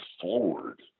forward